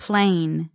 Plane